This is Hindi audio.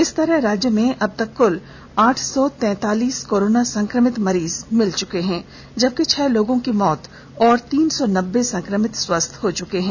इस तरह राज्य में अबतक कुल आठ सौ तैंतालीस कोरोना संक्रमित मरीज मिल चुके हैं जबकि छह लोगों की मौत और तीन सौ नब्बे संक्रमित स्वस्थ हो चुके हैं